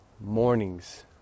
Mornings